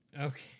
Okay